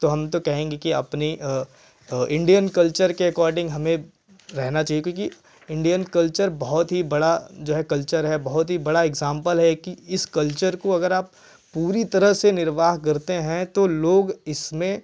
तो हम कहेंगे कि अपनी इंडियन कल्चर के अकॉर्डिंग हमें रहना चाहिए क्योंकि इंडियन कल्चर बहुत ही बड़ा जो है कल्चर है बहुत ही बड़ा एग्जांपल है कि इस कल्चर को अगर आप पूरी तरह से निर्वाह करते हैं तो लोग इसमें